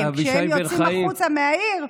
כי כשהם יוצאים החוצה מהעיר,